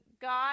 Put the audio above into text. God